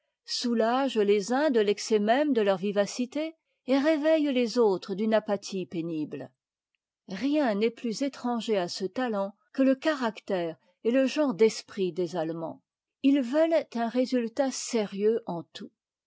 soulage les uns'de l'excès même de leur vivacité et réveitte lés autres d'une apathie pénible rien n'est plus étranger à ce talent que le caractère et le genre d'esprit des allemands ils veulent un résultat sérieux en tout